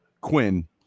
quinn